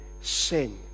sin